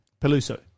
Peluso